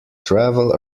travel